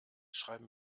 schreiben